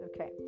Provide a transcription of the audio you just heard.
Okay